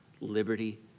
liberty